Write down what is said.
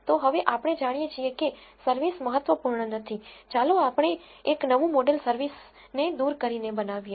તો હવે આપણે જાણીએ છીએ કે service મહત્વપૂર્ણ નથી ચાલો આપણે એક નવું મોડેલ service ને દુર કરીને બનાવીએ